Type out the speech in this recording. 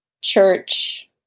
church